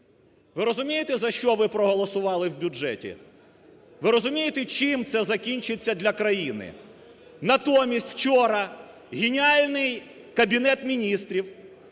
Ви розумієте, за що ви проголосували в бюджеті? Ви розумієте чим це закінчиться для країни? Натомість, вчора геніальний Кабінет Міністрів